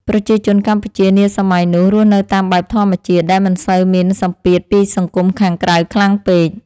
ប្រជាជនកម្ពុជានាសម័យនោះរស់នៅតាមបែបធម្មជាតិដែលមិនសូវមានសម្ពាធពីសង្គមខាងក្រៅខ្លាំងពេក។